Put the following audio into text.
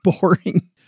boring